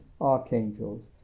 archangels